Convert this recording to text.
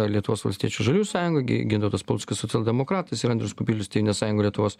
lietuvos valstiečių žaliųjų sąjunga gi gintautas paluckas socialdemokratas ir andrius kubilius tėvynės sąjunga lietuvos